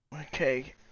Okay